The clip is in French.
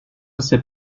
sais